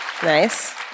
Nice